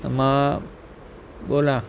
त मां ॻोल्हा